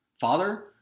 Father